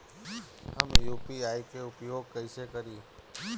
हम यू.पी.आई के उपयोग कइसे करी?